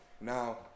Now